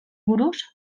buruz